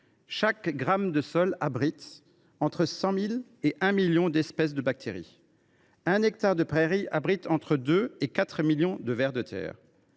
Chaque gramme de sol abrite entre 100 000 et 1 million d’espèces de bactéries. Un hectare de prairie abrite entre 2 et 4 millions de vers de terre.